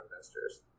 investors